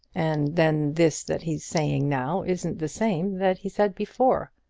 and then this that he's saying now isn't the same that he said before.